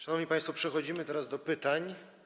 Szanowni państwo, przechodzimy teraz do pytań.